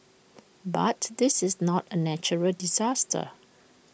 but this is not A natural disaster